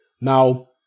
Now